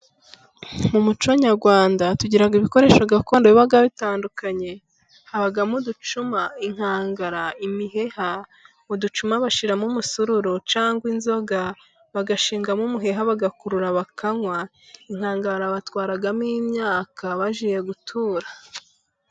Mu muco nyarwanda tugira ibikoresho gakondo biba bitandukanye. Habamo uducuma， inkangara， imiheha， uducuma bashyiramo umusururu， cyangwa inzoga bagashingamo umuheha， bagakurura bakanywa. Inkangara batwaramo imyaka bagiye gutura.